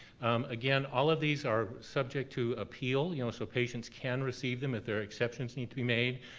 again, all of these are subject to appeal. you know so patients can receive them if there are exceptions need to be made.